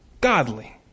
godly